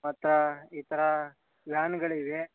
ಮತ್ತು ಈ ಥರ ವ್ಯಾನ್ಗಳಿವೆ